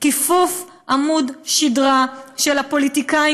כיפוף עמוד שדרה של הפוליטיקאים